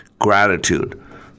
Gratitude